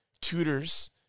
tutors